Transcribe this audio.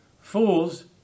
fools